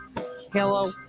Hello